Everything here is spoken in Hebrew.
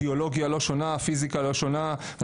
הביולוגיה לא שונה, הפיזיקה לא שונה.